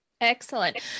Excellent